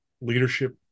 leadership